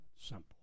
simple